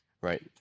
right